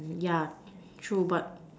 yeah true but